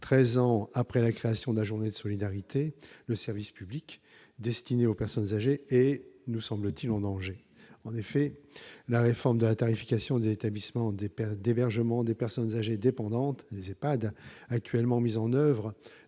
ans après la création de la journée de solidarité, le service public destiné aux personnes âgées est en danger. En effet, la réforme de la tarification des établissements d'hébergement de personnes âgées dépendantes, les EHPAD, actuellement mise en oeuvre,